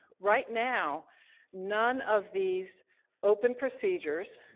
right now none of these open procedures,